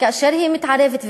כאשר היא מתערבת,